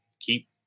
keep